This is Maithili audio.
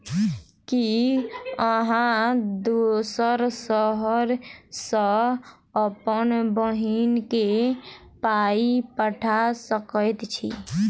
की अहाँ दोसर शहर सँ अप्पन बहिन केँ पाई पठा सकैत छी?